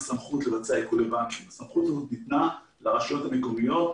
הסמכות הזו ניתנה לרשויות המקומיות,